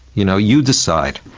you know, you decide.